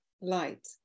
light